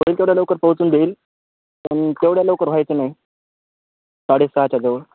कोणी तेवढ्या लवकर पोहचून देईल पण तेवढ्या लवकर व्हायचं नाही साडे सहाच्याजवळ